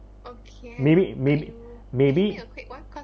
maybe mayb~ maybe